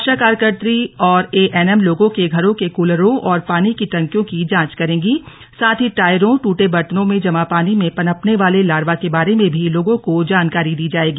आशा कार्यकत्री और एएनएम लोगों के घरों के कूलरों और पानी की टंकियों की जांच करेंगीं साथ ही टायरों दूटे बर्तनों में जमा पानी में पनपने वाले लार्वा के बारे में भी लोगों को जानकारी दी जाएगी